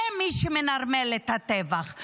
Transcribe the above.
זה מי שמנרמל את הטבח.